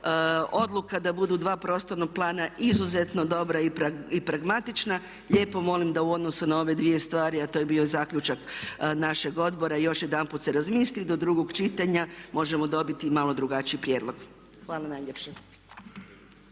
odluka da budu dva prostorna plana izuzetno dobra i pragmatična, lijepo molim da u odnosu na ove dvije stvari a to je bio i zaključak našeg odbora još jedanput se razmisli do drugog čitanja možemo dobiti malo drugačiji prijedlog. Hvala najljepša.